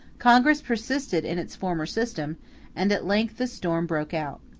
congress persisted in its former system and at length the storm broke out.